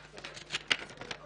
בוקר